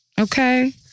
Okay